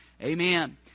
Amen